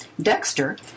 Dexter